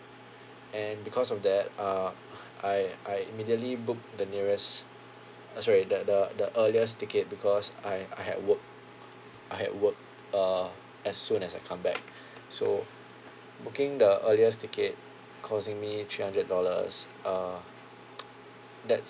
and because of that uh I I immediately booked the nearest oh sorry the the the earliest ticket because I I had work I had work uh as soon as I come back so booking the earliest ticket causing me three hundred dollars uh that's